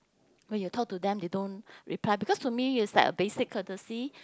when you talk to them they don't reply because to me it's like a basic courtesy